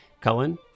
Cullen